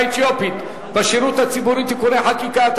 האתיופית בשירות הציבורי (תיקוני חקיקה),